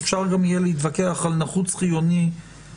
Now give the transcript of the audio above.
אפשר גם יהיה להתווכח על נחוץ או חיוני בהמשך.